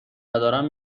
ندارم